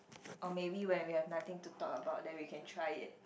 oh maybe when we have nothing to talk about then we can try it